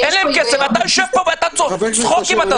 אתה יושב פה וזורק צחוקים.